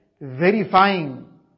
verifying